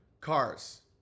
cars